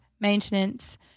maintenance